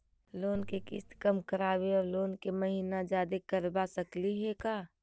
Loan के किस्त कम कराके औ लोन के महिना जादे करबा सकली हे का?